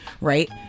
right